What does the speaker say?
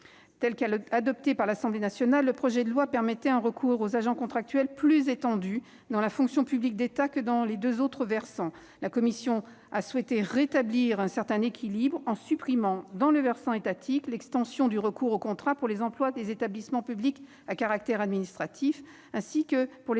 adoptée par l'Assemblée nationale, le projet de loi permettait un recours aux agents contractuels plus étendu dans la fonction publique d'État que dans les deux autres versants. La commission des lois a souhaité rétablir un certain équilibre à l'article 9 en supprimant, dans le versant étatique, l'extension du recours au contrat pour les emplois des établissements publics à caractère administratif, ainsi que pour les emplois